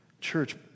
Church